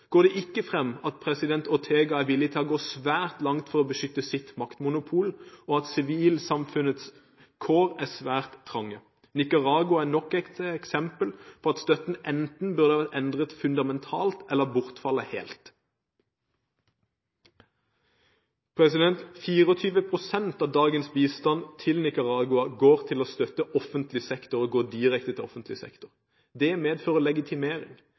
går det ikke frem at president Ortega er villig til å gå svært langt for å beskytte sitt maktmonopol, og at sivilsamfunnets kår er svært trange. Nicaragua er nok et eksempel på at støtten enten burde endres fundamentalt, eller bortfalle helt. 24 pst. av dagens bistand til Nicaragua går direkte til offentlig sektor. Det medfører legitimering. Det er direkte